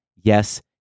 Yes